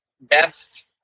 best